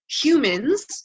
humans